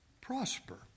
prosper